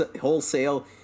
wholesale